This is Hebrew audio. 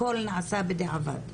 הכול נעשה בדיעבד.